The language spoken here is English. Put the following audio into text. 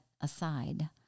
aside